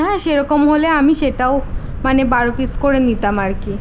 হ্যাঁ সেরকম হলে আমি সেটাও মানে বারো পিস করে নিতাম আর কি